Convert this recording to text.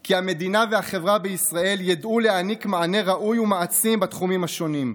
כי המדינה והחברה בישראל ידעו להעניק מענה ראוי ומעצים בתחומים השונים: